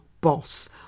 boss